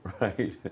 right